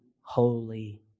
Holy